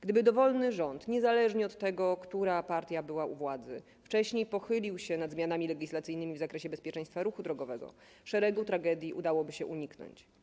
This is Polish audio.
Gdyby dowolny rząd, niezależnie od tego, która partia była u władzy, wcześniej pochylił się nad zmianami legislacyjnymi w zakresie bezpieczeństwa ruchu drogowego, szeregu tragedii udałoby się uniknąć.